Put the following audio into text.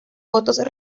votos